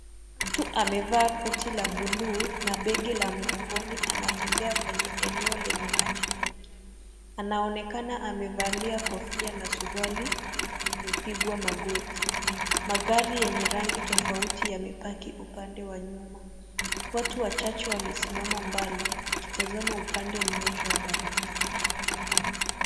Mtu ameva buti ya mguu na bagi mgongoni anatembea kwa eneo la maji mengi. Anaonekana amevalia kofia na suruali umepigwa magoti. Magari yenye rangi tofauti yamepaki upande wa nyuma. Watu wachache wamesimama wakitazama upande mmja wa barabara.